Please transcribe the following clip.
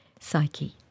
Psyche